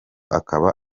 akaba